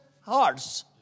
hearts